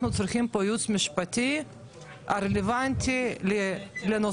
אנחנו צריכים פה ייעוץ משפטי שרלוונטי לנושא.